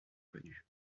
connu